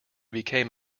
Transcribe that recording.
became